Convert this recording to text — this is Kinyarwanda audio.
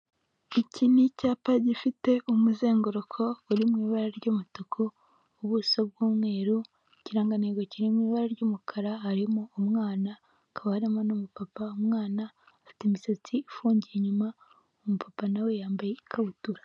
Iki ni icyapa gifite umuzenguruko uri mu ibara ry'umutuku ubuso bw'umweru ikirangantego kiri mu ibara ry'umukara harimo umwana kaba arimo n'umupapa umwana afite imisatsi ifungiye inyuma umu papa nawe we yambaye ikabutura.